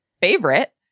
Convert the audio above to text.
favorite